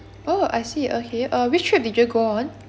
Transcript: oh I see okay uh which trip did you go on